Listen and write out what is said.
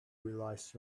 realize